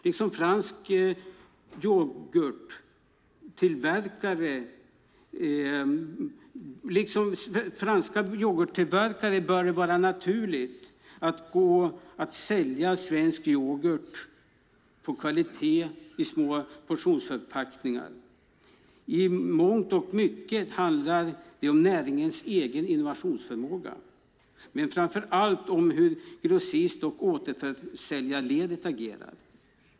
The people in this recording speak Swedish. Liksom för franska yoghurtillverkare bör det vara naturligt att sälja svensk yoghurt på kvalitet i små portionsförpackningar. I mångt och mycket handlar det om näringens egen innovationsförmåga, men framför allt om hur grossist och återförsäljarledet fungerar.